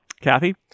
Kathy